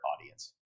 audience